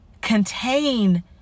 contain